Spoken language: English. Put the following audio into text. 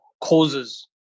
causes